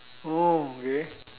okay